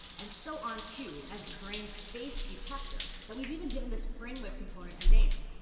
and so on cue as the brain's face detector, that we've even given this brainwave component a name.